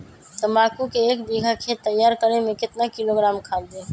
तम्बाकू के एक बीघा खेत तैयार करें मे कितना किलोग्राम खाद दे?